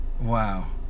Wow